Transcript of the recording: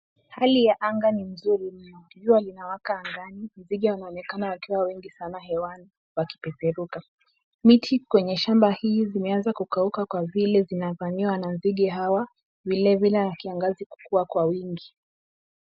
Hali ya anga ni nzuri jua linawaka angani. Nzige wanaonekana wakiwa wengi sana hwani wakipeperuka. Miti kwenye shamba hii imeanza kukauka kwa vile zinavamiwa na nzige hawa vilivile na kiangazi kukua kwa wingi.